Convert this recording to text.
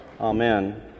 Amen